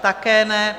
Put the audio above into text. Také ne.